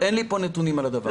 לא, אין לי פה נתונים על הדבר.